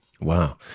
Wow